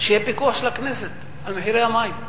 שיהיה פיקוח של הכנסת על מחירי המים.